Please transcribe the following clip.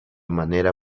manera